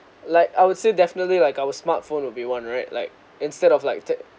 like I would say definitely like our smartphone will be one right like instead of like tech